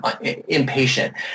impatient